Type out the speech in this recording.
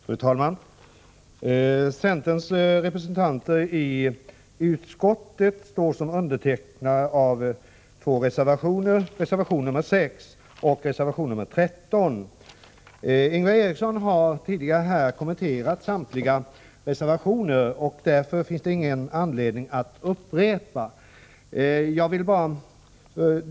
Fru talman! Centerns representanter i utskottet står såsom undertecknare av två reservationer, nämligen reservationerna 6 och 13. Ingvar Eriksson har tidigare kommenterat samtliga reservationer. Därför finns det ingen anledning för mig att upprepa vad han har sagt.